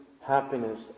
happiness